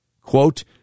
quote